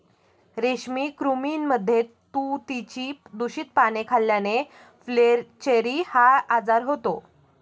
रेशमी कृमींमध्ये तुतीची दूषित पाने खाल्ल्याने फ्लेचेरी हा आजार होतो